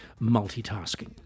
multitasking